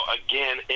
again